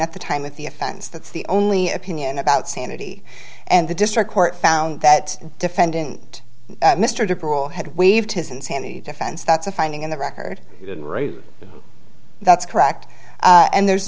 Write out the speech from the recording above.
at the time with the offense that's the only opinion about sanity and the district court found that defendant mr de parole had waived his insanity defense that's a finding in the record that's correct and there's